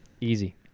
Easy